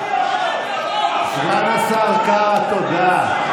סגן השר קארה, תודה.